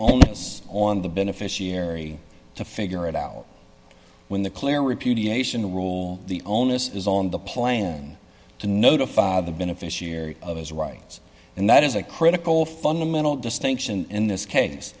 onus on the beneficiary to figure it out when the clear repudiation rule the onus is on the plan to notify the beneficiary of his rights and that is a critical fundamental distinction in this case